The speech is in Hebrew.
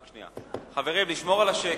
רק שנייה, חברים, לשמור על השקט.